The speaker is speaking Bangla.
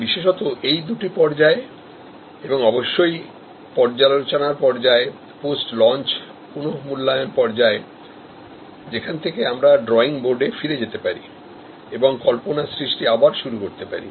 বিশেষত এই দুটি পর্যায়ে এবং অবশ্যই পর্যালোচনার পর্যায়ে পোস্ট লঞ্চ পুনঃমূল্যায়ন পর্যায়ে যেখান থেকে আমরা ড্রইং বোর্ডে ফিরে যেতে পারি এবংকল্পনার সৃষ্টি আবার শুরু করতে পারি